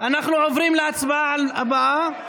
אנחנו עוברים להצבעה הבאה,